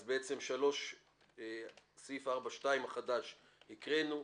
אז את סעיף 4(2) החדש קראנו.